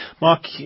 Mark